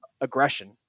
aggression